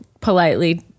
politely